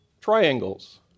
triangles